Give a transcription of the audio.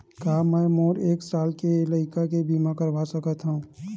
का मै मोर एक साल के लइका के बीमा करवा सकत हव?